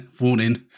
Warning